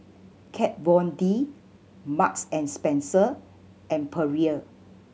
Kat Von D Marks and Spencer and Perrier